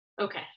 Okay